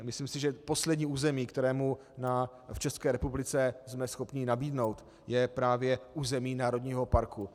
Myslím si, že poslední území, které mu v České republice jsme schopni nabídnout, je právě území národního parku.